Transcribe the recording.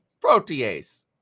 protease